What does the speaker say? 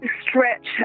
stretch